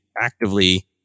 actively